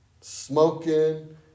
smoking